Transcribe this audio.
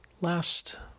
Last